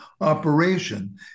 operation